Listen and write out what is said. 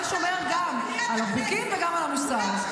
אבל שומר גם על החוקים וגם על המוסר.